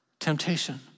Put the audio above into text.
Temptation